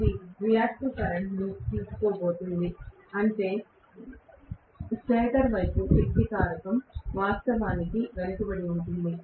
ఇప్పుడు ఇది రియాక్టివ్ కరెంట్ను తీసుకోబోతోంది అంటే స్టేటర్ వైపు శక్తి కారకం వాస్తవానికి వెనుకబడి ఉంటుంది